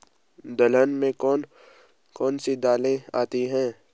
दलहन में कौन कौन सी दालें आती हैं?